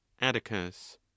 atticus